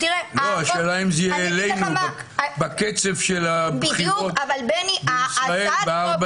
השאלה אם זה יהיה אלינו - בקצב של הבחירות בישראל בארבע